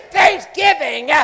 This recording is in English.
thanksgiving